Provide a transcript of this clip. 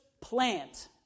plant